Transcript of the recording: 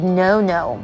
no-no